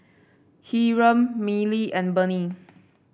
Hiram Miley and Burney